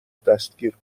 دستگیر